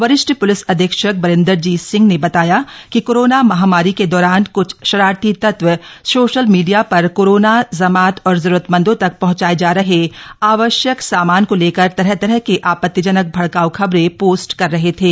वरिष्ठ प्लिस अधीक्षक बरिंदर जीत सिंह ने बताया की कोरोना महामारी के दौरान क्छ शरारती तत्व सोशल मीडिया पर कोरोना जमात और जरूरतमंदों तक पहंचाये जा रहे आवश्यक सामान को लेकर तरह तरह के आपत्तिजनक भड़काऊ ख़बरें पोस्ट कर रहे थे